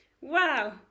wow